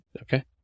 Okay